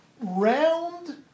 Round